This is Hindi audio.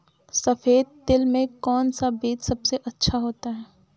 सफेद तिल में कौन सा बीज सबसे अच्छा होता है?